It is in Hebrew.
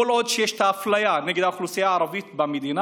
כל עוד יש אפליה נגד האוכלוסייה הערבית במדינה